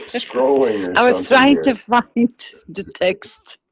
i was trying to find the text.